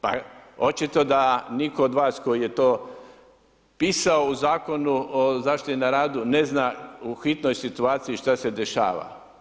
Pa očito da nitko od vas koji je to pisao u Zakonu o zaštiti na radu ne zna u hitnoj situaciji šta se dešava.